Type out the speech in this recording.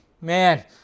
man